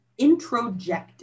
introjected